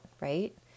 right